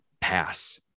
pass